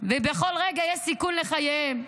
ובכל רגע יש סיכון לחייהם,